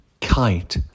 Kite